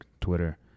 Twitter